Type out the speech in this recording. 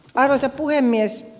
arvoisa puhemies